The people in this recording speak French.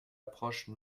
approche